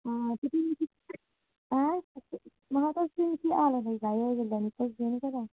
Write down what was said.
हां ऐ महा तुस मिगी आला देई लैओ जेल्लै निकलगे नि घरा